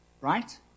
right